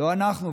לא אנחנו,